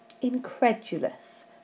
incredulous